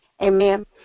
Amen